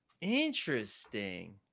Interesting